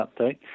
update